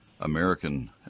American